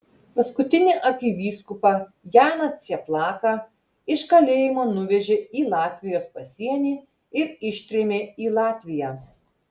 paskutinį arkivyskupą janą cieplaką iš kalėjimo nuvežė į latvijos pasienį ir ištrėmė į latviją